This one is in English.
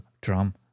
drum